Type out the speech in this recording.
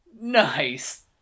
Nice